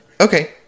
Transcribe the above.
Okay